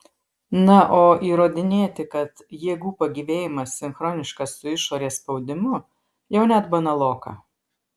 na o įrodinėti kad jėgų pagyvėjimas sinchroniškas su išorės spaudimu jau net banaloka